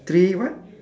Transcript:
three what